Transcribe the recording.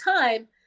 time